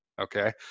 Okay